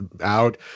out